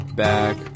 back